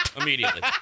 immediately